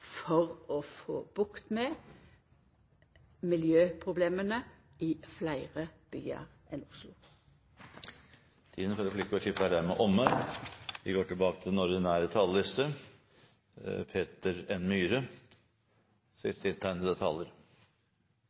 for å få bukt med miljøproblema i fleire byar enn Oslo. Replikkordskiftet er dermed omme.